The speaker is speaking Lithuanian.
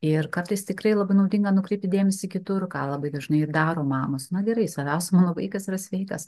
ir kartais tikrai labai naudinga nukreipti dėmesį kitur ką labai dažnai ir daro mamos na gerai svarbiausia mano vaikas yra sveikas